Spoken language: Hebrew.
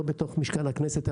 לא בתוך משכן הכנסת,